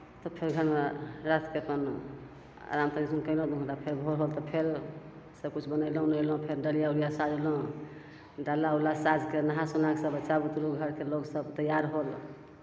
तब फेर घरमे रातिके अपन आराम तनि सुन कएलहुँ दुइ घण्टा फेर भोर होल तऽ फेर सबकिछु बनेलहुँ उनेलहुँ फेर डलिआ उलिआ साजलहुँ डाला उला साजिके नहा सोनाके सभ बच्चा बुतरु घरके लोकसभ तैआर होल